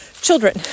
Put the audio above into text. children